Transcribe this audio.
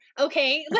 okay